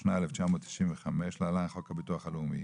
התשנ"ה-1995 (להלן - חוק הביטוח הלאומי)